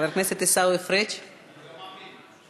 חבר הכנסת עיסאווי פריג' מדבר.